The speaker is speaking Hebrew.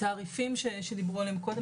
התעריפים שדיברו עליהם קודם,